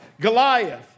Goliath